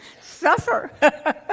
Suffer